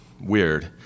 weird